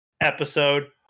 episode